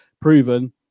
proven